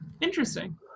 Interesting